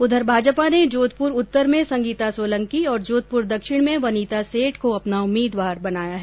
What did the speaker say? उधर भाजपा ने जोधपुर उत्तर में संगीता सोलंकी और जोधपुर दक्षिण में वनिता सेठ को अपना उम्मीदवार बनाया है